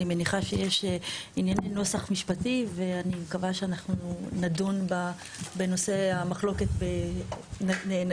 אני מניחה שיש נוסח משפטי ואני מקווה שאנחנו נדון בנושא המחלוקת ונקרא,